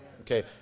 Okay